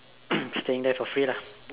staying there for free lah